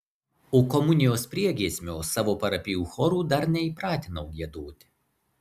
o komunijos priegiesmio savo parapijų chorų dar neįpratinau giedoti